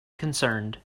concerned